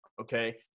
okay